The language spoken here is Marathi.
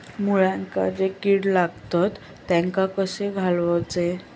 मुळ्यांका जो किडे लागतात तेनका कशे घालवचे?